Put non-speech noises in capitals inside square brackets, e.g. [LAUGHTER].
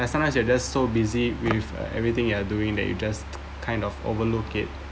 and sometimes you are just so busy with uh everything you are doing that you just [NOISE] kind of overlooked it